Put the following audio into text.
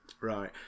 Right